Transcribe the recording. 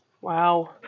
Wow